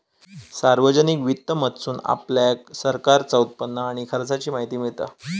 सार्वजनिक वित्त मधसून आपल्याक सरकारचा उत्पन्न आणि खर्चाची माहिती मिळता